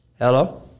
Hello